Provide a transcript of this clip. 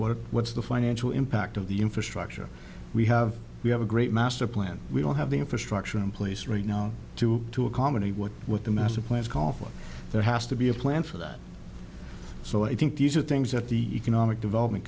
what what's the financial impact of the infrastructure we have we have a great master plan we don't have the infrastructure in place right now to to accommodate what what the mass of plans call for there has to be a plan for that so i think these are things that the economic development